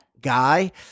guy